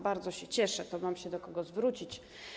Bardzo się cieszę, bo mam się do kogo zwrócić.